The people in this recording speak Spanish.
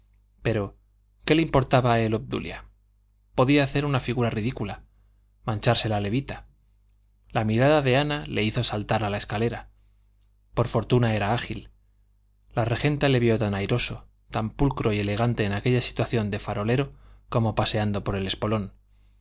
pero qué le importaba a él obdulia podía hacer una figura ridícula mancharse la levita la mirada de ana le hizo saltar a la escalera por fortuna era ágil la regenta le vio tan airoso tan pulcro y elegante en aquella situación de farolero como paseando por el espolón